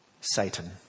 Satan